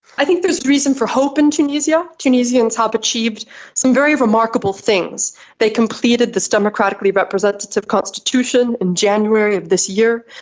i think there is reason for hope in tunisia. tunisians have achieved some very remarkable things. they completed this democratically representative constitution in january of this year.